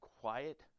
quiet